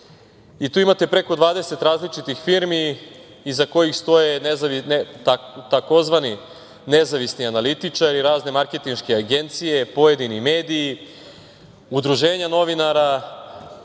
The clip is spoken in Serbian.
Tu imate preko dvadeset različitih firmi iza kojih stoje tzv. nezavisni analitičari, razne marketinške agencije, pojedini mediji, udruženja novinara,